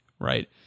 right